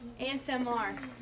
ASMR